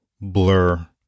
blur